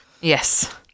yes